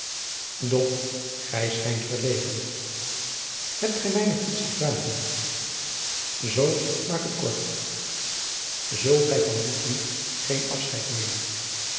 doch gij schijnt verlegen hebt gij mij nog iets te vragen zoo maak het kort zult gij van ludwig geen afscheid nemen